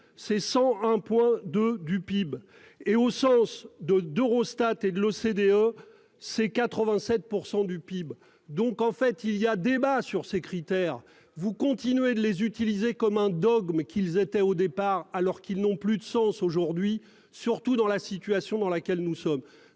c'est 101 de du PIB et au sens de d'Eurostat et de l'OCDE. Ces 87% du PIB. Donc en fait il y a débat sur ces critères, vous continuez de les utiliser comme un dogme qu'ils étaient au départ alors qu'ils n'ont plus de sens aujourd'hui surtout dans la situation dans laquelle nous sommes.